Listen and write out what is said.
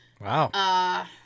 Wow